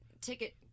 ticket